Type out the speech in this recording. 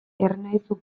ernaizu